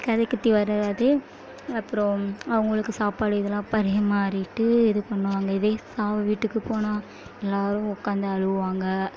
காதுகுத்தி வருவது அப்புறம் அவங்களுக்கு சாப்பாடு இதெலாம் பரிமாறிவிட்டு இது பண்ணுவாங்க இதே சாவு வீட்டுக்கு போனால் எல்லாேரும் உட்கார்ந்து அழுவாங்க